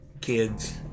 kids